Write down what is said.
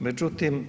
Međutim,